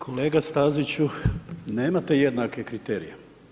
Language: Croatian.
Kolega Staziću, nemate jednake kriterije.